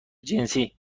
جنسی